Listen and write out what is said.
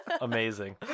amazing